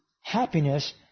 happiness